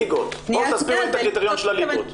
ליגות, תסבירו את הקריטריון של הליגות.